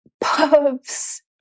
pubs